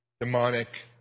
demonic